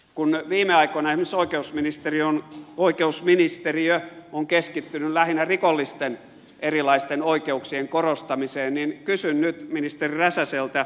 kun viime aikoina esimerkiksi oikeusministeriö on keskittynyt lähinnä rikollisten erilaisten oikeuksien korostamiseen niin kysyn nyt ministeri räsäseltä